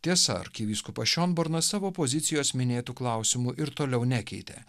tiesa arkivyskupas šionbornas savo pozicijos minėtu klausimu ir toliau nekeitė